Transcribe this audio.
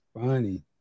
funny